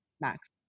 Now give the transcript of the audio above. max